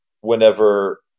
whenever